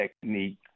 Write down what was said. technique